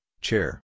chair